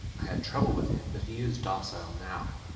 i had trouble with him, but he is docile now.